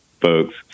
folks